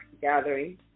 gathering